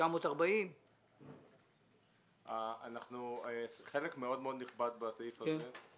940. חלק מאוד מאוד נכבד בסעיף הזה על